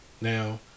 Now